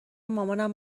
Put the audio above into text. مامانم